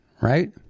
Right